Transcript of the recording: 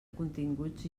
continguts